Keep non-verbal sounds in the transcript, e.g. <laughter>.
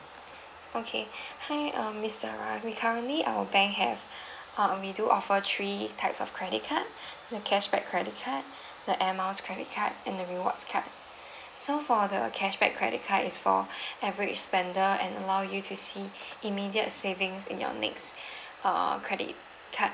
okay hi uh mister ra we currently our bank have uh we do offer three types of credit card the cashback credit card the air miles credit card and the rewards card so for the cashback credit card is for <breath> average spender and allow you to see immediate savings in your next err credit card